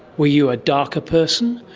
were you a darker person?